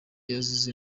yazize